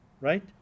right